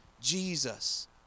Jesus